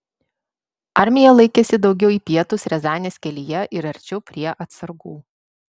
armija laikėsi daugiau į pietus riazanės kelyje ir arčiau prie atsargų